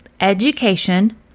education